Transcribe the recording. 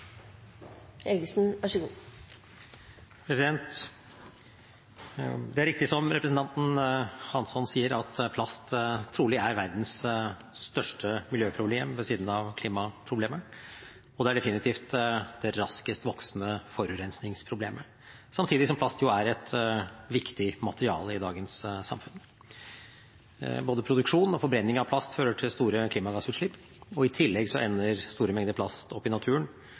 riktig som representanten Hansson sier, at plast trolig er verdens største miljøproblem, ved siden av klimaproblemet. Det er definitivt det raskest voksende forurensingsproblemet, samtidig som plast er et viktig materiale i dagens samfunn. Både produksjon og forbrenning av plast fører til store klimagassutslipp, og i tillegg ender store mengder plast opp i naturen,